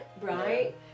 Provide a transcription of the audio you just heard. Right